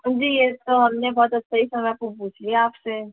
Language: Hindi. जी ये तो हमने बहुत सही समय पे पूछ लिया आपसे